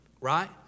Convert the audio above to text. right